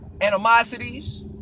animosities